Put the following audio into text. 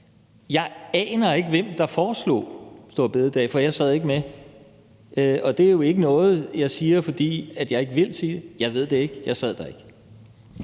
jeg aner ikke, hvem der foreslog store bededag, for jeg sad ikke med der. Og det er ikke noget, jeg siger, fordi jeg ikke vil sige det, men jeg ved det ikke – jeg sad der ikke.